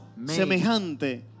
semejante